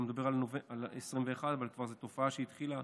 אתה מדבר על 2021, אבל זו תופעה שהתחילה,